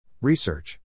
Research